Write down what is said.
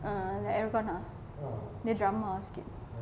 uh the aircon ah dia drama sikit